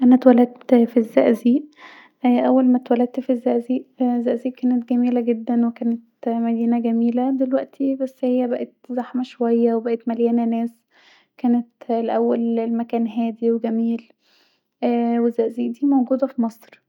انا اتولدت في الزقازيق اول ما اتولدت في الزقازيق كانت جميله جدا وكانت مدينه جميله دلوقتي هي بقت زحمه شويه وبقت مليانه ناس كانت الاول المكان هادي وجميل والزقازيق دي موجودة في مصر